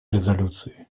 резолюции